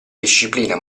disciplina